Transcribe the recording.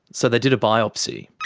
so they did a biopsy.